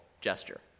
gesture